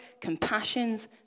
compassions